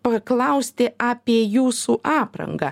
paklausti apie jūsų aprangą